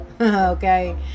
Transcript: Okay